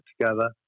together